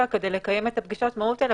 כדי לקיים את פגישות המהו"ת האלה.